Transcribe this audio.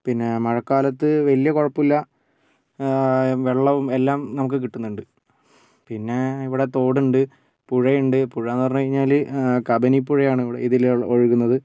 പിന്നെ മഴക്കാലത്ത് വലിയ കുഴപ്പമില്ല വെള്ളവും എല്ലാം നമുക്ക് കിട്ടുന്നുണ്ട് പിന്നെ ഇവിടെ തോടുണ്ട് പുഴയിണ്ട് പുഴാന്ന് പറഞ്ഞു കഴിഞ്ഞാൽ കബനിപ്പുഴയാണ് ഇവിടെ ഇതിലെ ഉള്ളത് ഒഴുകുന്നത്